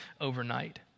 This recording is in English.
overnight